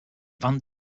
van